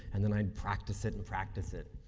and then i practice it and practice it.